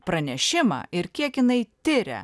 pranešimą ir kiek jinai tiria